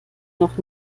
noch